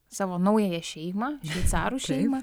savo naująją šeimą šveicarų šeimą